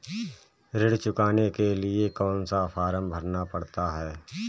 ऋण चुकाने के लिए कौन सा फॉर्म भरना पड़ता है?